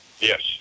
Yes